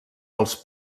els